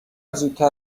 زودتر